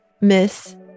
miss